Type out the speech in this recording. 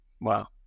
Wow